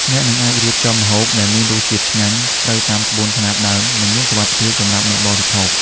អ្នកនឹងអាចរៀបចំម្ហូបដែលមានរសជាតិឆ្ងាញ់ ត្រូវតាមក្បួនខ្នាតដើម និងមានសុវត្ថិភាពសម្រាប់អ្នកបរិភោគ។